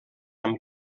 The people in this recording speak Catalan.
amb